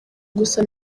gusa